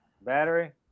Battery